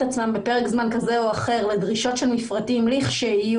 עצמם בפרק זמן כזה או אחר לדרישות של מפרטים לכשיהיו,